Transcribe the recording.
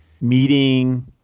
meeting